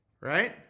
right